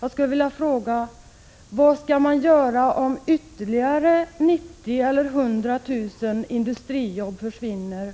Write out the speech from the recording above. Jag skulle vilja fråga: Vad skall man göra om ytterligare 90 000 eller 100 000 industrijobb försvinner